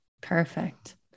Perfect